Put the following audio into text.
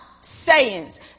sayings